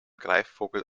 greifvogel